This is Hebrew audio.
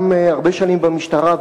גם הרבה שנים במשטרה,